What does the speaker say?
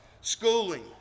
schooling